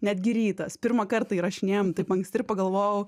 netgi rytas pirmą kartą įrašinėjam taip anksti ir pagalvojau